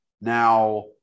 Now